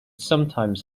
sometimes